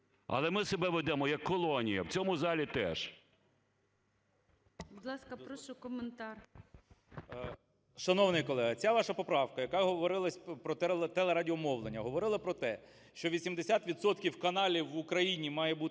Але ми себе ведемо, як колонія, в цьому залі теж.